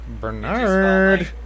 Bernard